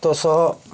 ସାତ ଶହ